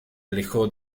alejó